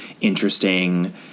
interesting